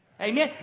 Amen